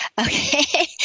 Okay